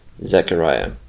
Zechariah